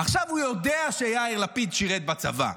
עכשיו, הוא יודע שיאיר לפיד שירת בצבא,